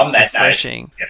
refreshing